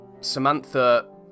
Samantha